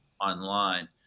online